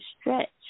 stretch